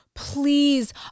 please